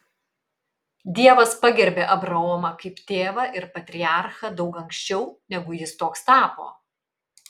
dievas pagerbė abraomą kaip tėvą ir patriarchą daug anksčiau negu jis toks tapo